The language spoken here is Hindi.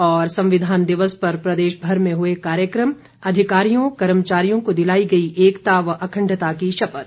और संविधान दिवस पर प्रदेश भर में हुए कार्यक्रम अधिकारियों कर्मचारियों को दिलाई गयी एकता व अखण्डता की शपथ